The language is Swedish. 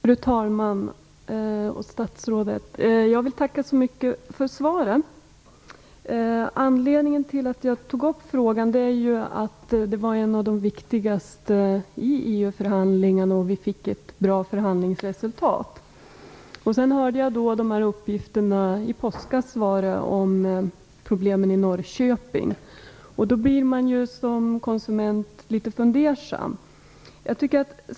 Fru talman! Jag vill tacka så mycket för svaret. Anledningen till att jag tog upp frågan är att det var en av de viktigaste frågorna i EU-förhandlingarna. Vi fick ett bra förhandlingsresultat. I påskas hörde jag uppgifterna om problem i Norrköping. Då blir man som konsument litet fundersam.